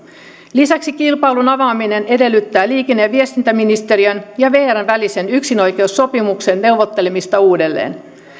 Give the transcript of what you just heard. lisäksi kilpailun avaaminen edellyttää liikenne ja viestintäministeriön ja vrn välisen yksinoikeussopimuksen neuvottelemista uudelleen